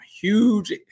huge